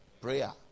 Prayer